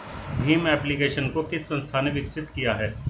Bhim application को किस संस्था ने विकसित किया है?